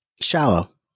shallow